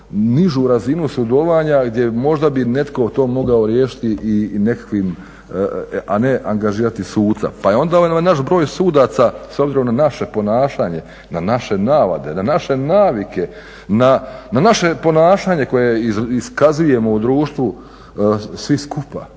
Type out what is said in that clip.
nižu razinu sudovanja gdje možda bi netko to mogao riješiti i nekakvim, a ne angažirati suca. Pa je onda ovaj naš broj sudaca s obzirom na naše ponašanje, na naše navade, na naše navike, na naše ponašanje koje iskazujemo u društvu svi skupa.